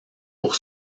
pour